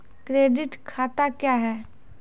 Current खाता क्या हैं?